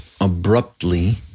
abruptly